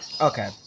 Okay